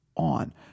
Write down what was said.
on